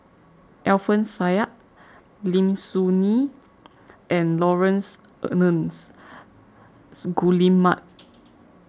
Alfian Sa'At Lim Soo Ngee and Laurence Nunns Guillemard